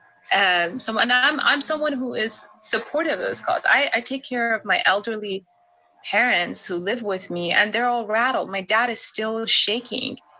and ah um i'm someone who is supportive of this cause. i take care of my elderly parents who live with me, and they're all rattled. my dad is still shaking.